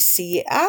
וסייעה